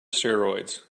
steroids